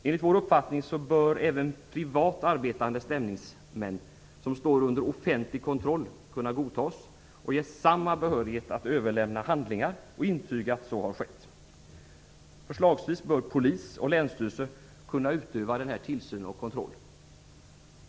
Enligt vår uppfattning bör även privat arbetande stämningsmän, som står under offentlig kontroll, kunna godtas och ges samma behörighet att överlämna handlingar och intyga att så har skett. Förslagsvis bör polis och länsstyrelse kunna utöva den här tillsynen och kontrollen.